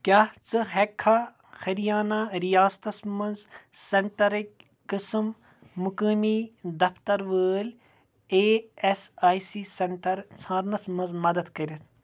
کیٛاہ ژٕ ہیٚکِکھا ہریانہ ریاستس مَنٛز سینٹرٕکۍ قٕسم مُقٲمی دفتر وٲلۍ E S I C centre ژھارنَس مَنٛز مدد کٔرِتھ